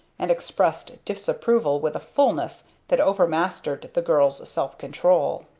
and expressed disapproval with a fullness that overmastered the girl's self-control.